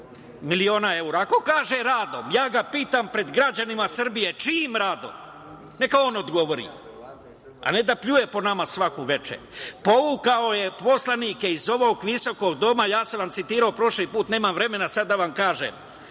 miliona eura? Ako kaže radom, ja ga pitam pred građanima Srbije – čijim radom? Neka on odgovori, a ne da pljuje po nama svako veče. Povukao je poslanike iz ovog visokog doma, ja sam vam citirao prošli put, nemam vremena sada, da